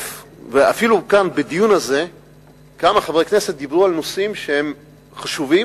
אפילו כאן בדיון הזה כמה חברי כנסת דיברו על נושאים שהם חשובים,